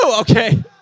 okay